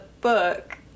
book